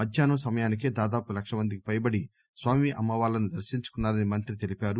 మధ్యాహ్నం సమయానికే దాదాపు లక్ష మంది పైబడి స్వామి అమ్మ వార్లను దర్శించుకున్సా రని మంత్రి తెలిపారు